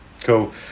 cool